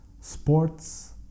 sports